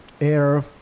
air